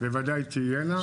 בוודאי תהיינה.